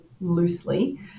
loosely